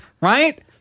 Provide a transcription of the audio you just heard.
right